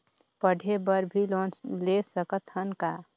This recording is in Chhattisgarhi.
पढ़े बर भी लोन ले सकत हन का?